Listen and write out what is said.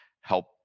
help